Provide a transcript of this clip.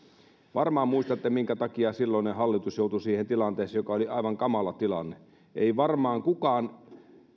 varmaan muistatte minkä takia silloinen hallitus joutui siihen tilanteeseen joka oli aivan kamala tilanne ei varmaan kukaan